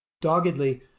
doggedly